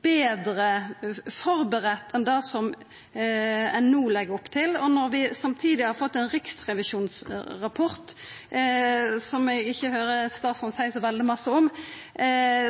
betre førebudd enn det ein no legg opp til. Samtidig har vi fått ein riksrevisjonsrapport, som eg ikkje høyrer statsråden seia så veldig masse om,